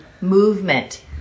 movement